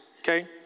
okay